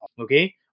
okay